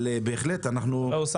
אבל בהחלט אנחנו --- אתה רואה,